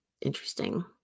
Interesting